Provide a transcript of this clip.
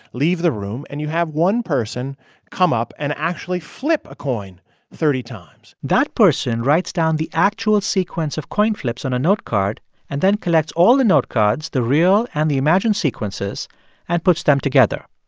leave the room. and you have one person come up and actually flip a coin thirty times that person writes down the actual sequence of coin flips on a notecard and then collects all the note cards the real and the imagined sequences and puts them together.